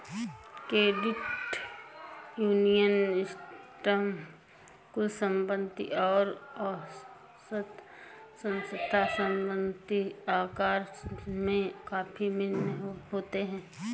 credit union system कुल संपत्ति और औसत संस्था संपत्ति आकार में काफ़ी भिन्न होते हैं